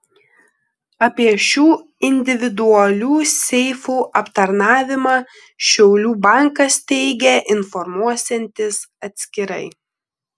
apie šių individualių seifų aptarnavimą šiaulių bankas teigia informuosiantis atskirai